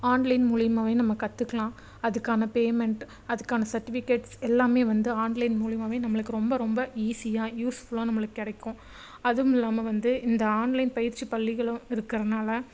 online மூலியமாகவே நம்ம கத்துக்கலாம் அதுக்கான பேமெண்ட் அதுக்கான செர்டிஃபிகேட்ஸ் எல்லாமே வந்து ஆன்லைன் மூலியமாகவே நம்மளுக்கு ரொம்ப ரொம்ப ஈஸியாக யூஸ் ஃபுல்லா நம்மளுக்கு கிடைக்கும் அதுவும் இல்லாமல் வந்து இந்த ஆன்லைன் பயிற்சி பள்ளிகளும் இருக்குகிறதுனால